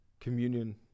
communion